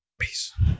Peace